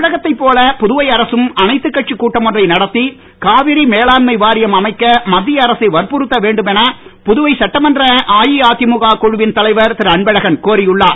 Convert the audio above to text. தமிழகத்தைப் போல புதுவை அரசும் அனைத்துக் கட்சிக் கூட்டம் ஒன்றை நடத்தி காவிரி மேலாண்மை வாரியம் அமைக்க மத்திய அரசை வற்புறுத்த வேண்டுமென புதுவை சட்டமன்ற அஇஅதிமுக குழுவின் தலைவர் திருஅன்பழகன் கோரியுள்ளார்